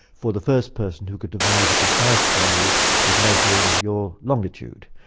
for the first person who could devise a precise way of measuring your longitude,